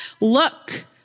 look